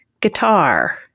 guitar